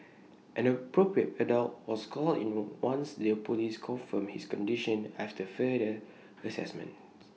an appropriate adult was called in once the Police confirmed his condition after further Assessment